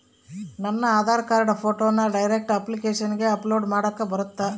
ನನ್ನ ಆಧಾರ್ ಕಾರ್ಡ್ ಫೋಟೋನ ಡೈರೆಕ್ಟ್ ಅಪ್ಲಿಕೇಶನಗ ಅಪ್ಲೋಡ್ ಮಾಡಾಕ ಬರುತ್ತಾ?